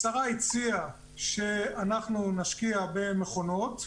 השרה הציעה שאנחנו נשקיע במכונות,